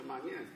זה מעניין.